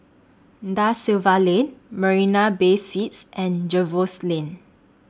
DA Silva Lane Marina Bay Suites and Jervois Lane